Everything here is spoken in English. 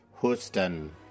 Houston